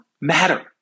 matter